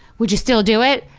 would you still do it?